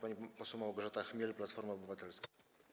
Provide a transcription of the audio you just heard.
Pani poseł Małgorzata Chmiel, Platforma Obywatelska.